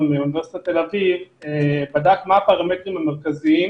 מאוניברסיטת תל אביב בדק מה הפרמטרים המרכזיים